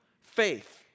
faith